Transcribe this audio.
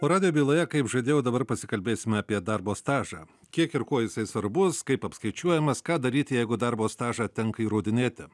o radijo byloje kaip žadėjau dabar pasikalbėsime apie darbo stažą kiek ir kuo jisai svarbus kaip apskaičiuojamas ką daryti jeigu darbo stažą tenka įrodinėti